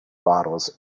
bottles